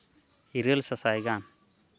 ᱤᱨᱟᱹᱞ ᱥᱟ ᱥᱟᱭ ᱜᱟᱱ